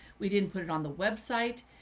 we didn't put it on the website.